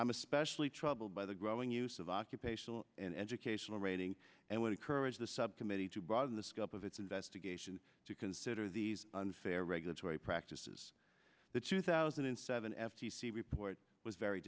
i'm especially troubled by the growing use of occupational and educational rating and would encourage the subcommittee to broaden the scope of its investigation to consider these unfair regulatory practices the two thousand and seven f c c report was very